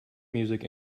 music